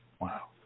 Wow